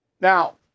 Now